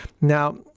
Now